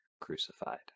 crucified